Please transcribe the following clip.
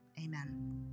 Amen